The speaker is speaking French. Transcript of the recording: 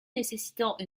nécessitant